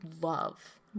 love